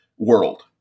world